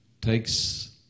takes